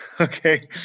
Okay